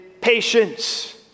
patience